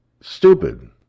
stupid